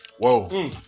Whoa